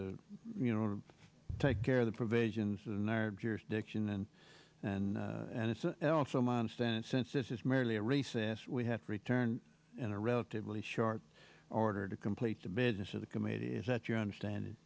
to you know to take care of the provisions and their jurisdiction and and and it's also my understanding since this is merely a recess we have to return in a relatively short order to complete the business of the committee is that your understand